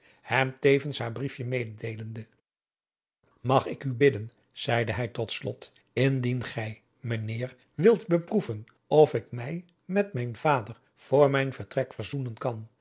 hem tevens haar briefje mededeelende mag ik u bidden zeide hij tot slot indien gij mijnheer wilt beproeven of ik mij met mijn vader voor mijn vertrek verzoenen kan